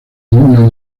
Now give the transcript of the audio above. himno